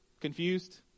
confused